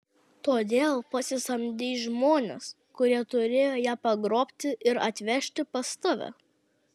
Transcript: todėl pasisamdei žmones kurie turėjo ją pagrobti ir atvežti pas tave